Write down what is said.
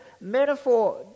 metaphor